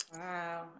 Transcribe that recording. Wow